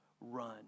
run